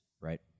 right